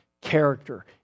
character